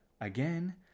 again